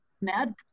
mad